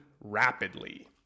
rapidly